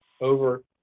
over